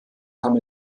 kam